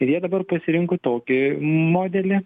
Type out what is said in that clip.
ir jie dabar pasirinko tokį modelį